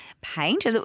paint